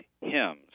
hymns